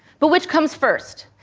but which comes first,